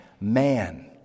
man